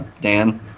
Dan